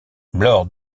lors